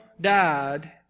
died